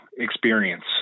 experience